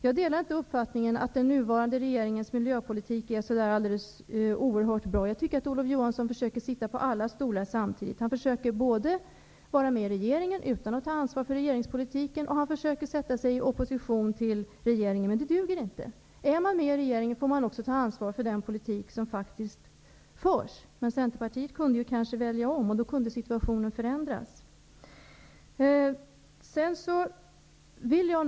Jag delar inte uppfattningen att den nuvarande regeringens miljöpolitik är alldeles oerhört bra. Jag tycker att Olof Johansson försöker att sitta på alla stolar samtidigt. Han försöker både vara med i regeringen utan att ta ansvar för regeringspolitiken och sätta sig i opposition mot regeringen. Det duger inte. Om man är med i regeringen får man också ta ansvar för den politik som faktiskt förs. Centerpartiet kan kanske välja om. Då kan situationen förändras.